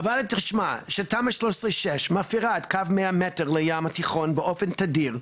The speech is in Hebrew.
הוועדה התרשמה שתמ"א 6/13 מפרה את קו 100 מטר לים התיכון באופן תדיר,